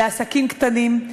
לעסקים קטנים,